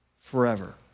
forever